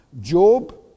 Job